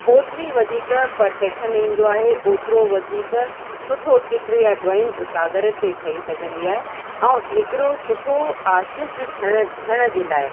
ओतिरी वधीक परफ़ेक्शन ईंदो आहे ओतिरो वधीक सुठो चित्र यां ड्राइंग कागर ते ठही सघंदी आहे ऐं हिकिड़ो सुठो आर्टिस्ट थियण जे लाइ